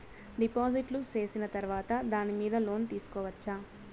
డిపాజిట్లు సేసిన తర్వాత దాని మీద లోను తీసుకోవచ్చా?